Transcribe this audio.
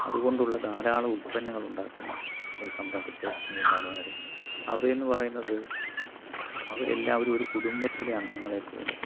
അതുകൊണ്ടുള്ള ധാരാളം ഉൽപ്പന്നങ്ങൾ ഉണ്ടാക്കുന്ന ഒരു സംരംഭത്തെ എനിക്ക് കാണുവാൻ ഇടയായി അവിടെ എന്ന് പറയുന്നത് അവർ എല്ലാവരും ഒരു കുടുംബത്തിലെ അംഗങ്ങളെ പോലെ